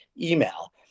email